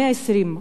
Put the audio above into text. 120,